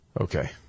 Okay